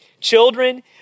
Children